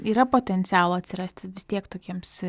yra potencialo atsirasti vis tiek tokiems